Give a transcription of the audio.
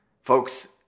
Folks